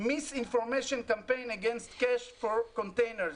miss information campaign against cash for containers.